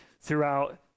throughout